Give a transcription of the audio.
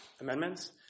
amendments